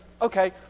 Okay